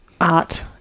art